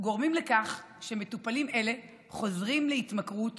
גורמת לכך שמטופלים אלה חוזרים להתמכרות